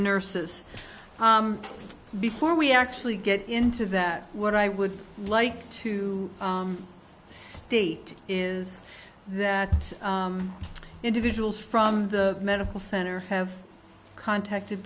nurses before we actually get into that what i would like to state is that individuals from the medical center have contacted